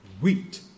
wheat